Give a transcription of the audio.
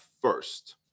first